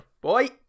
boy